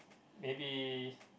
maybe